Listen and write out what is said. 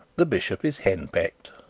the bishop is henpecked.